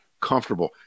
comfortable